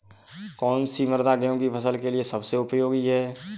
कौन सी मृदा गेहूँ की फसल के लिए सबसे उपयोगी है?